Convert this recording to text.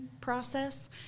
process